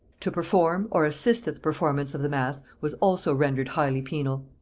to perform or assist at the performance of the mass was also rendered highly penal.